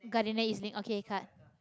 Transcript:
gardenia e_z-link ok card